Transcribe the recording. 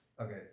Okay